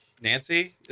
Nancy